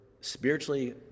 spiritually